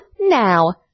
now